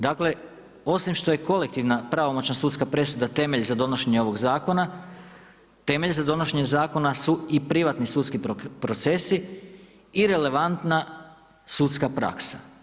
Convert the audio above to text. Dakle, osim što je kolektivna pravomoćna sudska presuda temelj za donošenje ovog zakona temelj za donošenje zakona su i privatni sudski procesi i relevantna sudska praksa.